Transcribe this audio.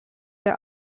der